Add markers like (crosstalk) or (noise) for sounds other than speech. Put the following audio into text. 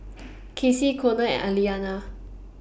(noise) Kaci Conner and (unintelligible)